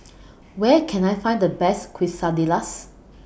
Where Can I Find The Best Quesadillas